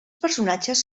personatges